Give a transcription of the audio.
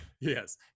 Yes